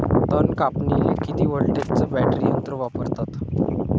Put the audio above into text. तन कापनीले किती व्होल्टचं बॅटरी यंत्र वापरतात?